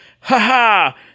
Ha-ha